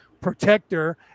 protector